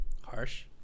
harsh